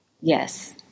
Yes